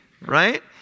right